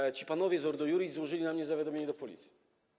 I ci panowie z Ordo Iuris złożyli na mnie zawiadomienie do Policji.